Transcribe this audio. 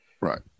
Right